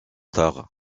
tard